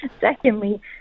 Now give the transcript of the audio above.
secondly